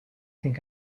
think